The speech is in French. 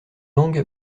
langue